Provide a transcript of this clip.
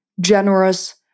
generous